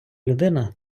людина